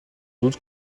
doute